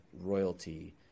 royalty